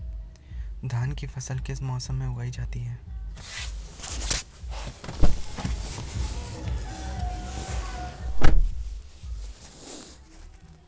धान की फसल किस मौसम में उगाई जाती है?